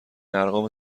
ارقام